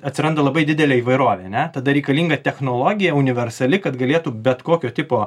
atsiranda labai didelė įvairovė ane tada reikalinga technologija universali kad galėtų bet kokio tipo